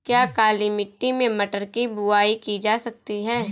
क्या काली मिट्टी में मटर की बुआई की जा सकती है?